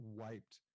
wiped